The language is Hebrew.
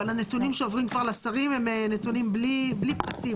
אבל הנתונים שעוברים כבר לשרים הם נתונים בלי פרטים,